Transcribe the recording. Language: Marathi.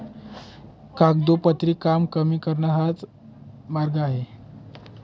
कागदोपत्री काम कमी करण्याचा हा मार्ग आहे